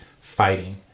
fighting